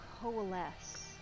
coalesce